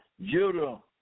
Judah